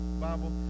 Bible